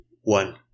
One